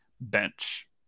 bench